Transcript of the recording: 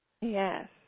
Yes